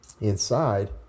inside